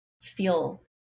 feel